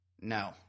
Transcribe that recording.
No